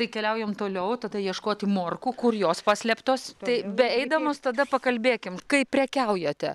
tai keliaujam toliau tada ieškoti morkų kur jos paslėptos tai beeidamos tada pakalbėkim kaip prekiaujate